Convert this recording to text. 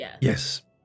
Yes